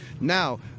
Now